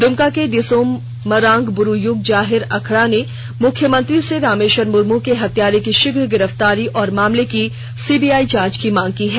दुमका के दिसोम मरांग बुरु युग जाहेर आखड़ा ने मुख्यमंत्री से रामेश्वर मुर्मू के हत्यारे की शीघ्र गिरफ्तारी और मामले की सीबीआई जांच की मांग की है